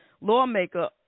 lawmaker